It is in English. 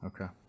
Okay